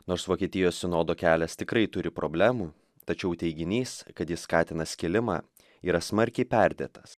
nors vokietijos sinodo kelias tikrai turi problemų tačiau teiginys kad jis skatina skilimą yra smarkiai perdėtas